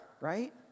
right